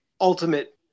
Ultimate